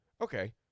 Okay